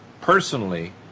personally